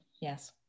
Yes